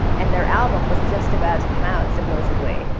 and their album was just about to some out, supposedly.